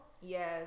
Yes